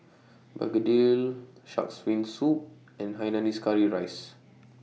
Begedil Shark's Fin Soup and Hainanese Curry Rice